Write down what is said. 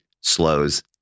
slows